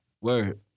Word